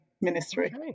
ministry